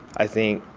i think,